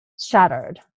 shattered